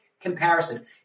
comparison